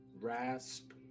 Rasp